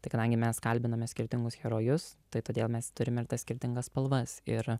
tai kadangi mes kalbiname skirtingus herojus tai todėl mes turime ir tas skirtingas spalvas ir